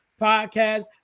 podcast